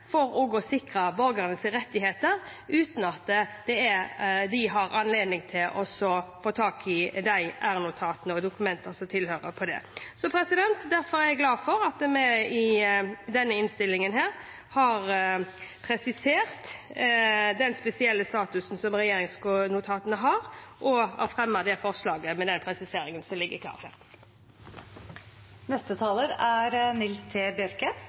gjøre for å sikre borgernes rettigheter, uten at de har anledning til å få tak i r-notatene og dokumentene som tilhører disse. Derfor er jeg glad for at vi i denne innstillingen har presisert den spesielle statusen som regjeringsnotatene har, og at vi har fremmet det forslaget, med den presiseringen, som ligger